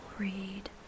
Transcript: read